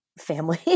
family